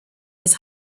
his